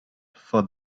for